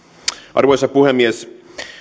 arvoisa puhemies